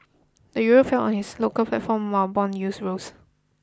the Euro fell on his local platform while bond yields rose